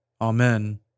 Amen